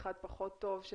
אחד פחות טוב,